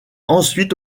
ensuite